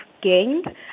gained